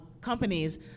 companies